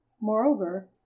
moreover